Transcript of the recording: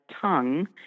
tongue